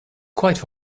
quite